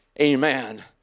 amen